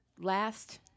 last